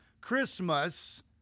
Christmas